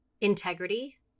Integrity